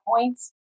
points